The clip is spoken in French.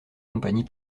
compagnie